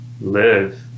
live